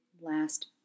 last